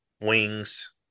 wings